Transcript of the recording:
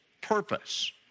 purpose